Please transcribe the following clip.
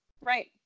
Right